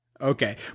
Okay